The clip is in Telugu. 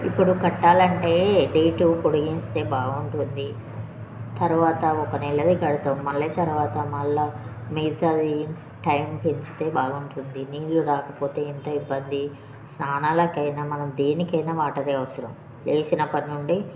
ఇప్పుడు కట్టాలంటే డేటు పొడిగిస్తే బాగుంటుంది తర్వాత ఒక నెలది కడుతాం మళ్ళీ తర్వాత మళ్ళా మిగతాది టైమ్ పెంచితే బాగుంటుంది నీళ్ళు రాకపోతే ఎంత ఇబ్బంది స్నానాలకైనా మనం దేనికైనా వాటరే అవసరం లేసినప్పటి నుండి